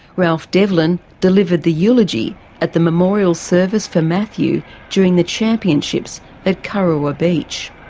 ralph devlin delivered the eulogy at the memorial service for matthew during the championships at kurrawa beach.